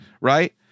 right